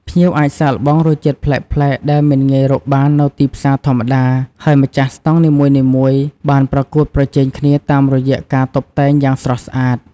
ភ្ញៀវអាចសាកល្បងរសជាតិប្លែកៗដែលមិនងាយរកបាននៅទីផ្សារធម្មតា ហើយម្ចាស់ស្តង់នីមួយៗបានប្រកួតប្រជែងគ្នាតាមរយៈការតុបតែងយ៉ាងស្រស់ស្អាត។